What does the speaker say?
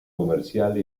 comercial